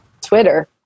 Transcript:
Twitter